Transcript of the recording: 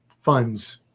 funds